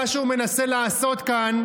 מה שהוא מנסה לעשות כאן,